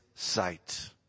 Sight